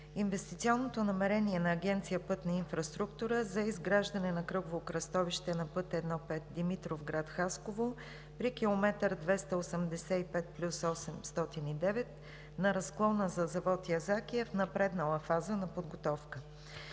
Инвестиционното намерение на Агенция „Пътна инфраструктура“ за изграждане на кръгово кръстовище на път I-5 Димитровград – Хасково при км 285+809 на разклона за завод „Язаки“ е в напреднала фаза на подготовка.